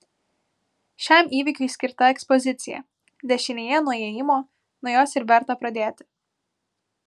šiam įvykiui skirta ekspozicija dešinėje nuo įėjimo nuo jos ir verta pradėti